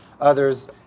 others